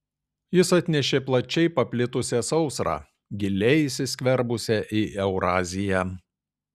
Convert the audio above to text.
jis atnešė plačiai paplitusią sausrą giliai įsiskverbusią į euraziją